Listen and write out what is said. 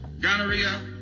gonorrhea